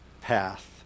path